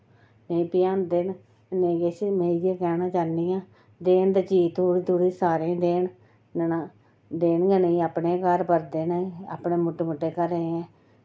नेईं पजांदे न नेईं किश ते में इ'यै आखना चाह्न्नी आं कि देन चीज़ तां थोह्ड़ी थोह्ड़ी सारें गी देन नेईं तां देन गै नेईं अपने गै घर भरदे न अपने मुट्टे मुट्टे घरें गै